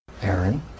Aaron